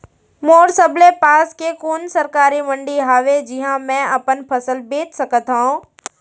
मोर सबले पास के कोन सरकारी मंडी हावे जिहां मैं अपन फसल बेच सकथव?